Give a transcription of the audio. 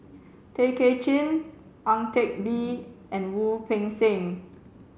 Tay Kay Chin Ang Teck Bee and Wu Peng Seng